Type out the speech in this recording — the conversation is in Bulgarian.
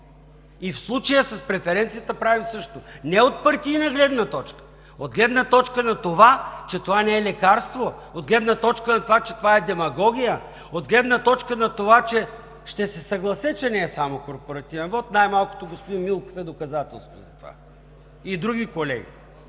и в случая с преференцията правим същото не от партийна гледна точка, а от гледна точка, че това не е лекарство, от гледна точка на това, че това е демагогия. Ще се съглася, че не е само корпоративен вот, най-малкото господин Милков е доказателство за това и други колеги,